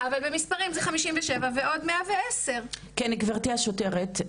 אבל במספרים זה 57 ועוד 110. גבירתי השוטרת,